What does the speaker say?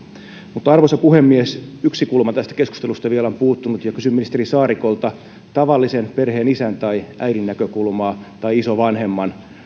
arvoisa puhemies yksi kulma tästä keskustelusta vielä on puuttunut ja kysyn ministeri saarikolta tavallisen perheenisän tai äidin tai isovanhemman näkökulmaa